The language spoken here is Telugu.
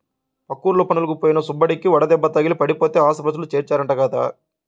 పక్కూర్లో పనులకి పోయిన సుబ్బడికి వడదెబ్బ తగిలి పడిపోతే ఆస్పత్రిలో చేర్చారంట కదా